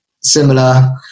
similar